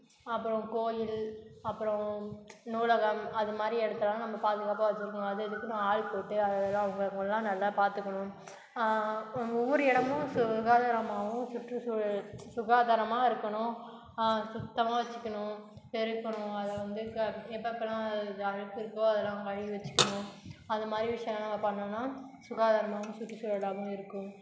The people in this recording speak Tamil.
அப்புறம் கோயில் அப்புறம் நூலகம் அது மாதிரி இடத்தெல்லாம் நம்ம பாதுகாப்பாக வச்சிருக்கணும் அதைதக்குன்னு ஆள் போட்டு அதைதெல்லாம் அவங்களுக்குள்லாம் நல்லா பார்த்துக்கணும் ஒவ்வொரு இடமும் சுகாதாரமாகவும் சுற்றுசூழல் சுகாதாரமாக இருக்கணும் சுத்தமாக வச்சிக்கணும் பெருக்கணும் அதை வந்து க எப்பெப்பெல்லாம் அழுக்கு இருக்கோ அதெலாம் கழுவி வச்சிக்கணும் அது மாதிரி விஷயலாம் நம்ம பண்ணோன்னா சுகாதாரம்மாகவும் சுற்றுசூழலாகவும் இருக்கும்